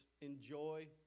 enjoy